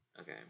Okay